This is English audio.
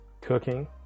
cooking